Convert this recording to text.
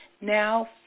now